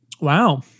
Wow